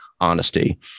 honesty